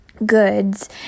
goods